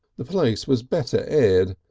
the place was better aired,